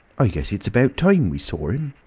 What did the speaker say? i guess it's about time we saw him.